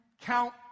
count